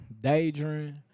daydream